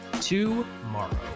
tomorrow